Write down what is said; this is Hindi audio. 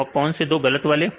और कौन से गलत वाले हैं